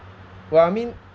well I men